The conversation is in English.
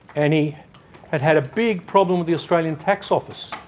and he had had a big problem with the australian tax office.